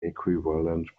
equivalent